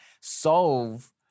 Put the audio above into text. solve